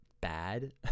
bad